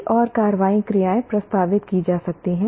कई और कार्रवाई क्रियाएं प्रस्तावित की जा सकती हैं